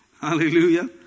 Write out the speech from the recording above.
Hallelujah